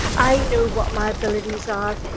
i know what my abilities are,